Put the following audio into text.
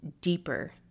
deeper